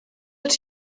els